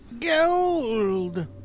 Gold